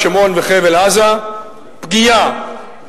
שומרון וחבל-עזה פגיעה